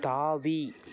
தாவி